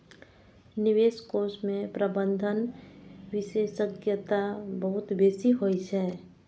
निवेश कोष मे प्रबंधन विशेषज्ञता बहुत बेसी होइ छै